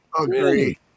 Agree